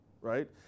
right